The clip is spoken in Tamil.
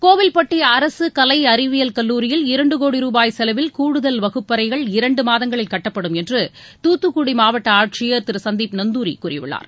கோவில்பட்டி அரசு கலை அறிவியல் கல்லூரியில் இரண்டு கோடி ரூபாய் செலவில் கூடுதல் வகுப்பறைகள் இரண்டு மாதங்களில் கட்டப்படும் என்று தூத்துக்குடி ஆட்சியர் திரு சந்தீப் நந்தூரி கூறியுள்ளார்